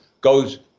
goes